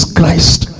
Christ